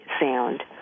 sound